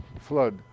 Flood